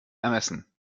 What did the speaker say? ermessen